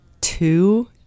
two